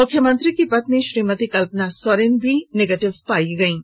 मुख्यमंत्री की पत्नी श्रीमती कल्पना सोरेन भी निगेटिव पायी गयी हैं